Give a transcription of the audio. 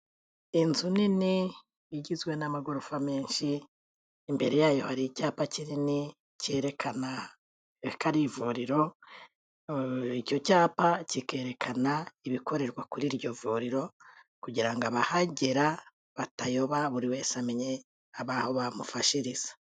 Inzu nini igizwe n'amagorofa menshi, imbere yayo hari icyapa kinini cyerekana ko ari ivuriro, icyo cyapa kikerekana ibikorerwa kuri iryo vuriro kugira ngo abahagera batayoba buri wese amenye aho bamufashiriza.